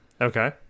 Okay